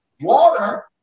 Water